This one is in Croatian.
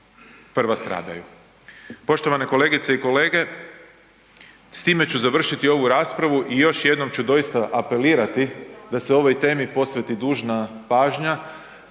prva stradaju. Poštovane kolegice i kolege, s time ću završiti ovu raspravu i još jednom ću doista apelirati da se ovoj temi posveti dužna pažnja,